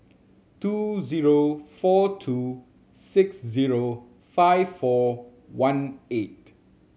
two zero four two six zero five four one eight